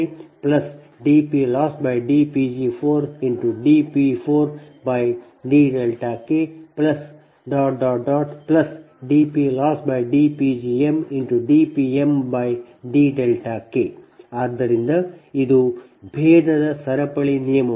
ಆದ್ದರಿಂದ dPLossdKdPLossdPg2dP2dKdPLossdPg3dP3dKdPLossdPg4dP4dKdPLossdPgmdPmdK ಆದ್ದರಿಂದ ಇದು ಭೇದದ ಸರಪಳಿ ನಿಯಮವಾಗಿದೆ